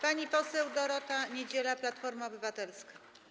Pani poseł Dorota Niedziela, Platforma Obywatelska.